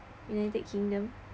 united kingdom